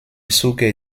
zuge